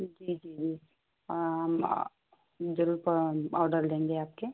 जी जी जी जरूर ऑर्डर लेंगे आपके